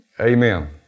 Amen